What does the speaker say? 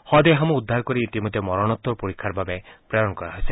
শৱদেহসমূহ উদ্ধাৰ কৰি ইতিমধ্যে মৰণোত্তৰ পৰীক্ষাৰ বাবে প্ৰেৰণ কৰা হৈছে